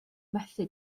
methu